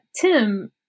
Tim